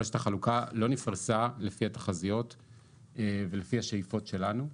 רשת החלוקה לא נפרסה לפי התחזיות ולפי השאיפות שלנו,